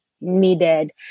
needed